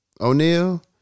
O'Neal